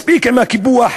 מספיק עם הקיפוח.